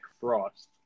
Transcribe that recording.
Frost